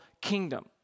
kingdom